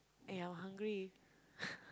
!aiya! hungry